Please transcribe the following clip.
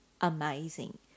amazing